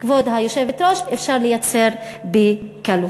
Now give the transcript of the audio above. כבוד היושבת-ראש, אפשר לייצר בקלות.